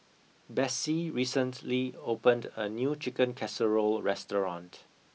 Bessie recently opened a new chicken casserole restaurant